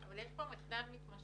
אבל יש פה מחדל מתמשך.